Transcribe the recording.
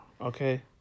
Okay